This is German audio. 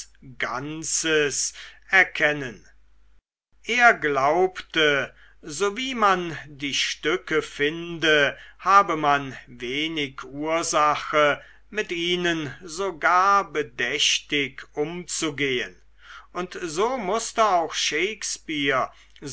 ganze erkennen er glaubte so wie man die stücke finde habe man wenig ursache mit ihnen so gar bedächtig umzugehen und so mußte auch shakespeare